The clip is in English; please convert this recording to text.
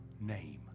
name